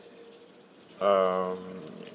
um